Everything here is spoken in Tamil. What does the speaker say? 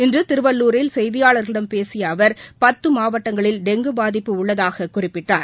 இன்று திருவள்ளுரில் செய்தியாளர்களிடம் பேசிய அவர் பத்து மாவட்டங்களில் டெங்கு பாதிப்பு உள்ளதாக குறிப்பிட்டார்